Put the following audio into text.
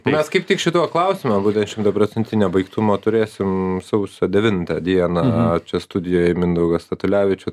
mes kaip tik šito klausimėm būtent šimtaprocentinio baigtumo turėsim sausio devintą dieną čia studijoj mindaugą statulevičių